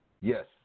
Yes